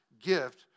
gift